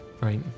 Right